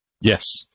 Yes